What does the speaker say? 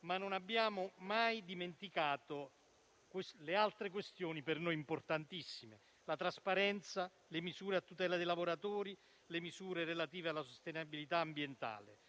ma non abbiamo mai dimenticato le altre questioni per noi importantissime: la trasparenza e le misure a tutela dei lavoratori e quelle relative alla sostenibilità ambientale.